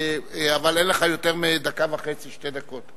אבל אין לך יותר מדקה וחצי, שתי דקות.